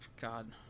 God